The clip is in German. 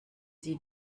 sie